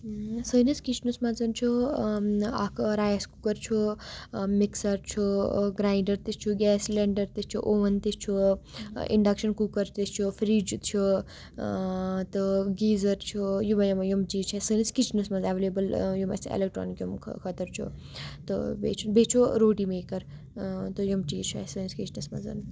سٲنِس کِچنَس منٛز چھُ اَکھ رَیِس کُکَر چھُ مِکسَر چھُ گرٛایِنٛڈَر تہِ چھُ گیس سِلینٛڈَر تہِ چھُ اوٚوُن تہِ چھُ اِنڈَکشَن کُکَر تہِ چھُ فِرٛج چھُ تہٕ گیٖزَر چھُ یِمَے یِمَے یِم چیٖز چھِ اَسہِ سٲنِس کِچَنس منٛز ایٚولیبٕل یِم اَسہِ ایٚلیکٹرٛانِک یِمو خٔ خٲطرٕ چھُ تہٕ بیٚیہِ چھُ بیٚیہِ چھُ روٹی میکَر تہٕ یِم چیٖز چھُ اَسہِ سٲنِس کِچنَس منٛزَن